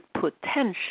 potential